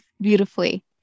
beautifully